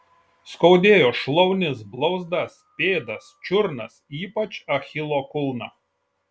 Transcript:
skaudėjo šlaunis blauzdas pėdas čiurnas ypač achilo kulną